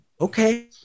Okay